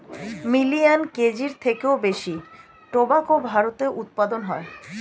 million কেজির থেকেও বেশি টোবাকো ভারতে উৎপাদন হয়